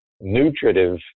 nutritive